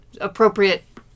appropriate